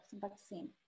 vaccine